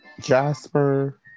Jasper